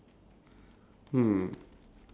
hmm